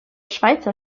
schweizer